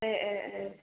ए ए